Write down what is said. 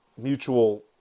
mutual